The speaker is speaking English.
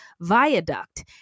Viaduct